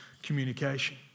Communication